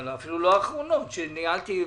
כשניהלתי,